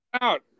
out